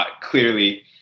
clearly